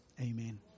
amen